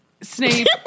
Snape